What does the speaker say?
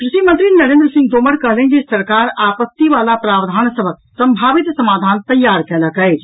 कृषि मंत्री नरेंद्र सिंह तोमर कहलनि जे सरकार आपत्तिवला प्रावधान सभक संभावित समाधान तैयार कयलक अछि